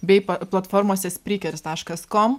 bei platformose sprikeris taškas kom